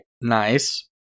Nice